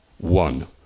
One